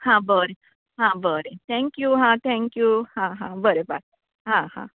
हां बरें हां बरें थँक्यू हां थँक्यू हां बरें बाय हां हा